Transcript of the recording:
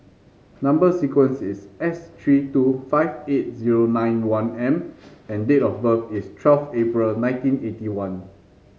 number sequence is S three two five eight zero nine one M and date of birth is twelve April nineteen eighty one